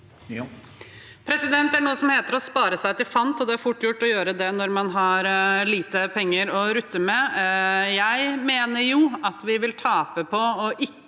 Det er noe som he- ter å spare seg til fant, og det er fort gjort å gjøre det når man har lite penger å rutte med. Jeg mener at vi vil tape på å ikke